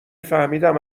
فهمیدم